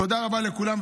תודה רבה לכולם,